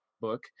book